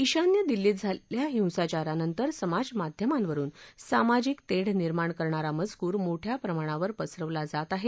ईशान्य दिल्लीत झालेल्या हिंसाचारानंतर समाजमाध्यमांवरून सामाजिक तेढ निर्माण करणारा मजकूर मोठ्या प्रमाणावर पसरवला जात आहे